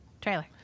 Trailer